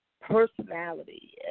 personality